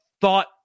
thought